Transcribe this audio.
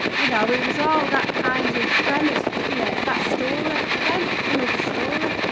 you know, it was all that kind of premise, wasn't it? that story, again another story.